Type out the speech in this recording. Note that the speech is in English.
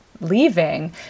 leaving